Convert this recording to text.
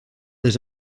des